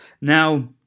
Now